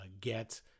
get